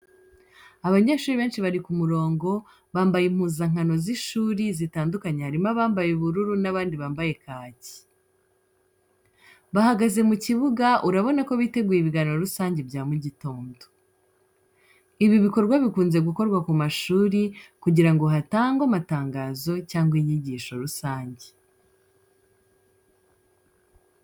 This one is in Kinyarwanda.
Abanyeshuri benshi bari ku murongo, bambaye impuzankano z’ishuri zitandukanye harimo abambaye ubururu n’abandi bambaye kaki. Bahagaze mu kibuga, urabona ko biteguye ibiganiro rusange bya mu gitondo. Ibi bikorwa bikunze gukorwa ku mashuri kugira ngo hatangwe amatangazo cyangwa inyigisho rusange.